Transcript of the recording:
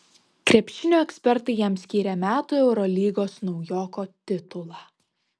krepšinio ekspertai jam skyrė metų eurolygos naujoko titulą